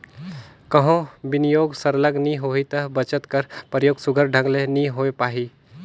कहों बिनियोग सरलग नी होही ता बचत कर परयोग सुग्घर ढंग ले नी होए पाही